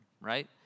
right